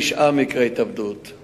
תשעה מקרי התאבדות,